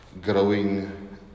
growing